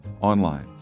online